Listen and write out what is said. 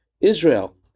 Israel